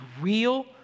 real